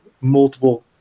multiple